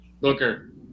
Booker